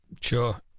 Sure